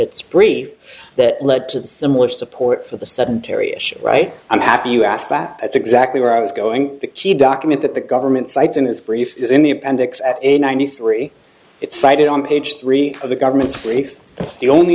its brief that led to the similar support for the sedentary issue right i'm happy you asked that that's exactly where i was going the document that the government sites in his brief is in the appendix as a ninety three it's cited on page three of the government's brief the only